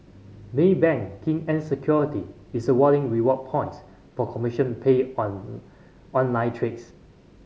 Maybank Kim Eng Securities is awarding reward points for commission paid on online trades